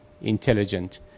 intelligent